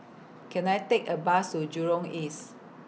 Can I Take A Bus to Jurong East